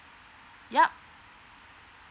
ya